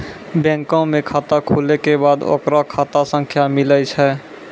बैंको मे खाता खुलै के बाद ओकरो खाता संख्या मिलै छै